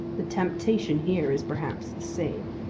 the temptation here is perhaps the same.